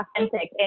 authentic